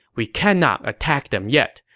we cannot attack them yet.